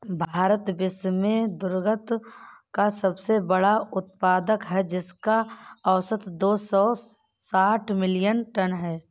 भारत विश्व में दुग्ध का सबसे बड़ा उत्पादक है, जिसका औसत दो सौ साठ मिलियन टन है